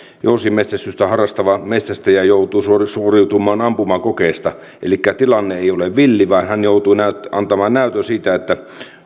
jousimetsästystä harrastava metsästäjä joutuu suoriutumaan ampumakokeesta elikkä tilanne ei ole villi vaan hän joutuu antamaan näytön siitä että